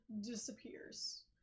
disappears